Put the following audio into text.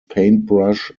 paintbrush